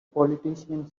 politician